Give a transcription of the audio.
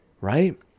right